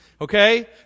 Okay